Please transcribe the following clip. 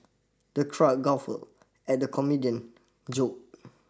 the crowd guffawed at the comedian's joke